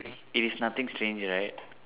it is nothing strange right